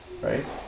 right